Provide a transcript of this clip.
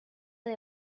del